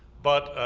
but,